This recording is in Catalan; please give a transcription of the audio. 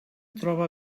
troba